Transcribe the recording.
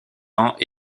ans